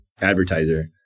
advertiser